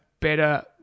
better